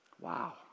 Wow